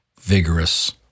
vigorous